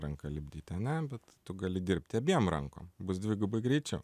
ranka lipdyti ane bet tu gali dirbti abiem rankom bus dvigubai greičiau